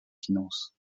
finances